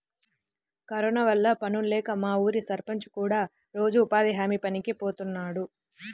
corona వల్ల పనుల్లేక మా ఊరి సర్పంచ్ కూడా రోజూ ఉపాధి హామీ పనికి బోతన్నాడు